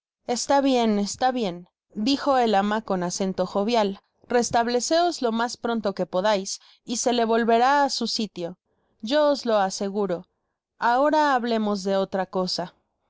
está bien está bien dijo el ama con acento jovial restableceos lo mas pronto que podais y se le volverá á su sitio yo os lo aseguro ahora hablemos de otra cosa